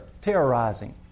terrorizing